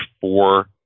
four